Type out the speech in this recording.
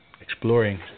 Exploring